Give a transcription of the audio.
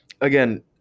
again